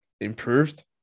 improved